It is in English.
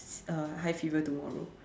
uh high fever tomorrow